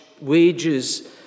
wages